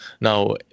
Now